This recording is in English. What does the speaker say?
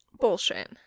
Bullshit